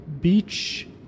beach